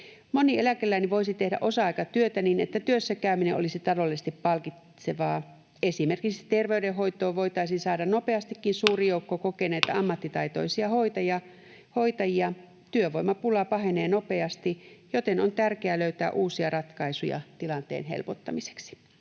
Moni eläkeläinen voisi tehdä osa-aikatyötä niin, että työssä käyminen olisi taloudellisesti palkitsevaa. Esimerkiksi terveydenhoitoon voitaisiin saada nopeastikin suuri joukko kokeneita, ammattitaitoisia hoitajia. Työvoimapula pahenee nopeasti, joten on tärkeää löytää uusia ratkaisuja tilanteen helpottamiseksi.